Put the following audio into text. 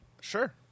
Sure